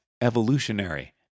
evolutionary